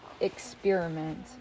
experiment